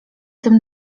tym